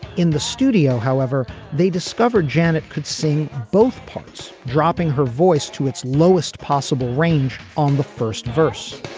in the studio however they discovered janet could sing both parts dropping her voice to its lowest possible range on the first verse.